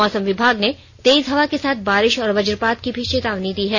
मौसम विभाग ने तेज हवा के साथ बारिश और वजपात की भी चेतावनी दी है